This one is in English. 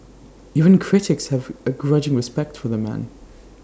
even critics have A grudging respect for the man